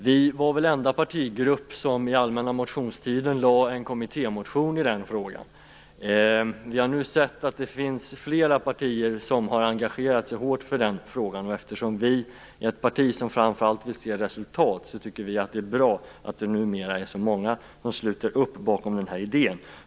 Vi var den enda partigruppen som under den allmänna motionstiden väckte en kommittémotion i den frågan. Vi har nu sett att det finns flera partier som har engagerat sig mycket i den här frågan. Eftersom Centerpartiet är ett parti som framför allt vill se resultat tycker vi att det är bra att det numera är så många som sluter upp bakom den här idén.